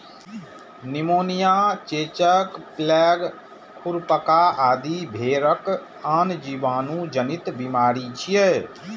pneumonia, चेचक, plague, खुरपका आदि भेड़क आन जीवाणु जनित बीमारी छियै